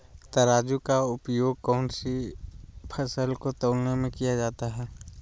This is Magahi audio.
तराजू का उपयोग कौन सी फसल को तौलने में किया जाता है?